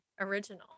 original